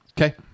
Okay